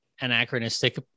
anachronistic